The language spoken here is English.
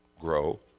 grow